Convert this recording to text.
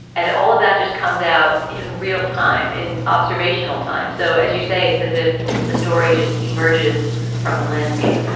and all of that just comes out in real time, in observational time. so as you say, it's as if the story just emerges from the landscape.